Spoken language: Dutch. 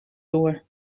door